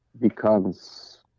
becomes